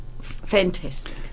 Fantastic